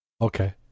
Okay